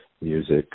music